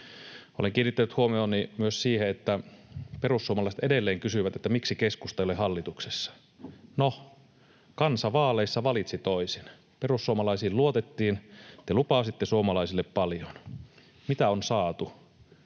Olen kiinnittänyt huomioni myös siihen, että perussuomalaiset edelleen kysyvät, miksi keskusta ei ole hallituksessa. No, kansa vaaleissa valitsi toisin. Perussuomalaisiin luotettiin. Te lupasitte suomalaisille paljon. Mitä on saatu?